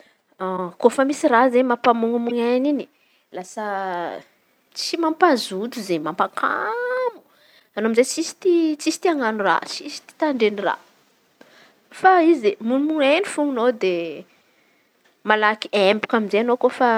Kôfa misy raha izen̈y mampamonamonainy in̈y lasa tsy mampazoto zey mampa kamo. Anô amizay tsisy tia anan̈o raha, tsisy tandren̈y raha fa izy e monamonainy fô anaô de malaky empaka amizay anaô nofa